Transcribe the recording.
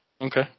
Okay